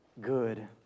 good